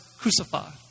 crucified